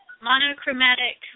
monochromatic